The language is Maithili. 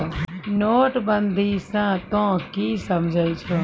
नोटबंदी स तों की समझै छौ